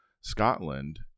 Scotland